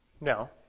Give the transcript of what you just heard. No